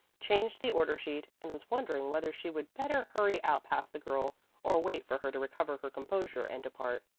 changed the order sheet, and was wondering whether she would better hurry out past the girl or wait for her to recover her composure and depart,